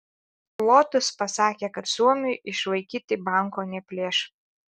lotus pasakė kad suomiui išlaikyti banko neplėš